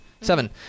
seven